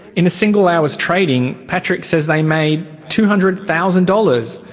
in a single hour's trading, patrick says they made two hundred thousand dollars,